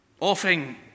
offering